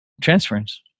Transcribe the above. transference